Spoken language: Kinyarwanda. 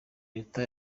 leta